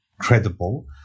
credible